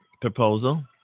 proposal